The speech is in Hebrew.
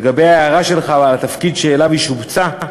לגבי ההערה שלך על התפקיד שאליו היא שובצה,